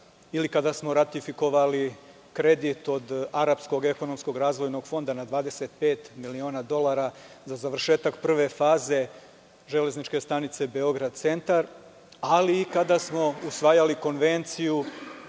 ili kada smo ratifikovali kredit od arapskog ekonomskog razvojnog fonda na 25 miliona dolara za završetak prve faze Železničke stanice „Beograd centar“, ali i kada smo usvajali Konvenciju